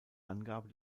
angabe